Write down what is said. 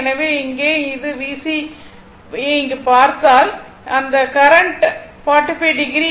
எனவே இங்கே இது VC ∠45o